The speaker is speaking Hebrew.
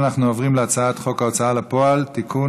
אנחנו עוברים להצעת חוק ההוצאה לפועל (תיקון,